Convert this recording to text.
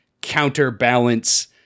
counterbalance